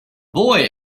boy